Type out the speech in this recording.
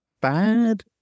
bad